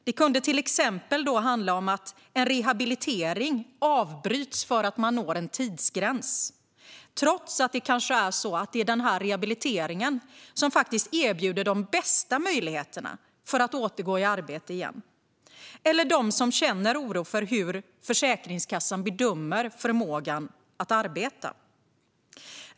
Det kunde till exempel handla om att en rehabilitering avbröts för att man nådde en tidsgräns, trots att rehabiliteringen kanske erbjöd den bästa möjligheten att återgå i arbete. Det kunde också handla om dem som kände oro för hur Försäkringskassan bedömde förmågan att arbeta.